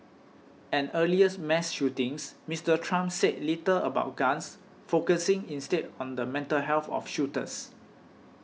an earlier mass shootings Mister Trump said little about guns focusing instead on the mental health of shooters